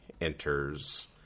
enters